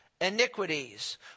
iniquities